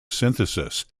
synthesis